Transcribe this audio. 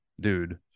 dude